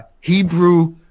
Hebrew